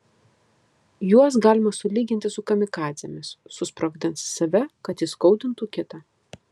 juos galima sulyginti su kamikadzėmis susprogdins save kad įskaudintų kitą